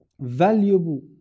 valuable